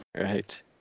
Right